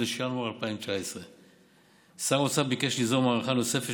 בחודש ינואר 2019. שר האוצר ביקש ליזום הארכה נוספת